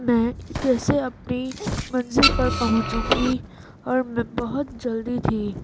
میں کیسے اپنی منزل پر پہنچوں گی اور میں بہت جلدی تھی